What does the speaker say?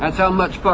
how much fuck